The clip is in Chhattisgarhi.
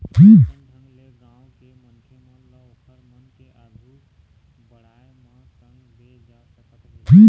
कइसन ढंग ले गाँव के मनखे मन ल ओखर मन के आघु बड़ाय म संग दे जा सकत हे